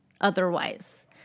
otherwise